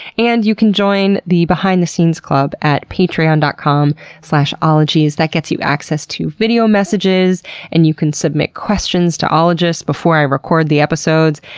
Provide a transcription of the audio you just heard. and you can join the behind the scenes club at patreon dot com slash ologies. that gets you access to video messages and you can submit questions to ologists before i record the episodes.